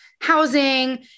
housing